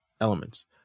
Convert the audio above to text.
elements